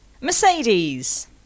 Mercedes